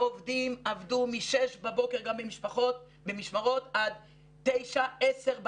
העובדים עבדו מ-06:00 בבוקר גם במשמרות עד 21:00 22:00 בלילה.